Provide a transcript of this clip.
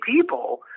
people